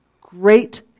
great